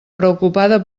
preocupada